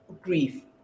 grief